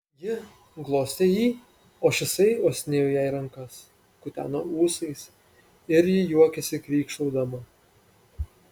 ji glostė jį o šisai uostinėjo jai rankas kuteno ūsais ir ji juokėsi krykštaudama